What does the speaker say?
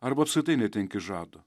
arba apskritai netenki žado